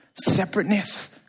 Separateness